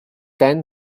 then